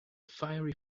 fiery